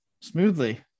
smoothly